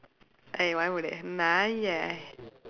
eh வாய மூடு நாயே:vaaya muudu naayee